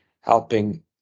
helping